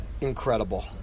Incredible